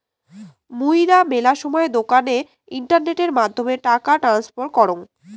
মুইরা মেলা সময় দোকানে ইন্টারনেটের মাধ্যমে টাকা ট্রান্সফার করাং